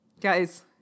Guys